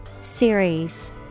Series